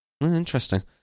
interesting